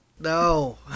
No